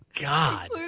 god